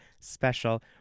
special